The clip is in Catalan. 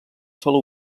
sola